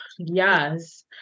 Yes